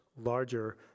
larger